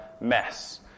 mess